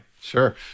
Sure